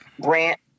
grant